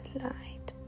light